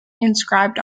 inscribed